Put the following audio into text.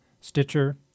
Stitcher